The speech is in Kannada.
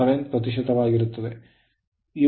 7 ಪ್ರತಿಶತವಾಗಲಿದೆ